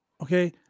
Okay